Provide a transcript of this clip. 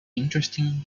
interesting